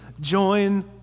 join